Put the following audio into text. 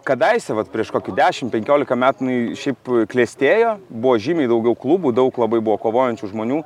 kadaise vat prieš kokį dešimt penkiolika metų jinai šiaip klestėjo buvo žymiai daugiau klubų daug labai buvo kovojančių žmonių